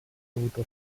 avuto